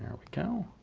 we go.